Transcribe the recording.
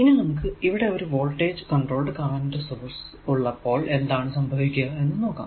ഇനി നമുക്ക് ഇവിടെ ഒരു വോൾടേജ് കോൺട്രോൾഡ് കറന്റ് സോഴ്സ് ഉള്ളപ്പോൾ എന്താണ് സംഭവിക്കുക എന്ന് നോക്കാം